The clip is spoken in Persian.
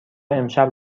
امشب